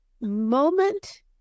moment